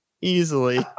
Easily